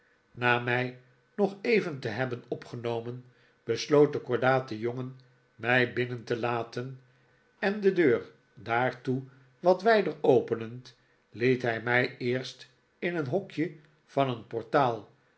na mij nog even te hebben opgenomen besloot de kordate jongen mij binnen te laten en de deur daartoe wat wijder openend liet hij mij eerst in een hokje van een portaal